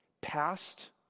Past